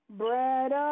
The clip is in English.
bread